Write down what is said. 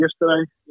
yesterday